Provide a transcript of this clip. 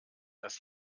dass